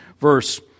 verse